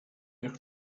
jak